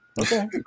Okay